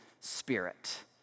spirit